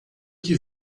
que